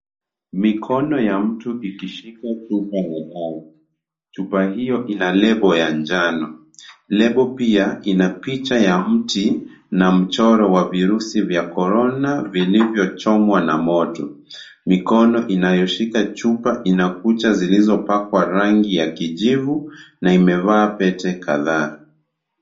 Mikono ya mtu ikishika chupa ya dawa. Chupa hiyo ina lebo ya njano. Lebo pia ina picha ya mti na mchoro wa virusi vya Korona vilivyochomwa na moto. Mikono inayoshika chupa ina kucha zilizopakwa rangi ya kijivu na imevaa pete kadhaa.